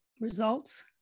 results